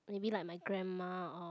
maybe like my grandma or